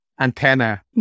antenna